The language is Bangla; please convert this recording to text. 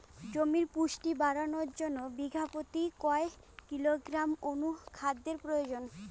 জমির পুষ্টি বাড়ানোর জন্য বিঘা প্রতি কয় কিলোগ্রাম অণু খাদ্যের প্রয়োজন?